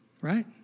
Right